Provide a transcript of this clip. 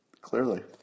clearly